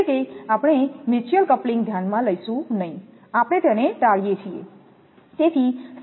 એટલે કે આપણે મ્યુચ્યુઅલ કપલિંગ ધ્યાનમાં લઈશું નહીં આપણે તેને ટાળીએ છીએ